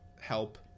help